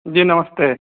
जी नमस्ते